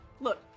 look